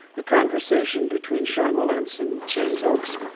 ah conversation between sean wilentz and james oakes,